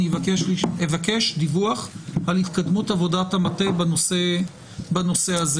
אני אבקש דיווח על התקדמות עבודת המטה בנושא הזה.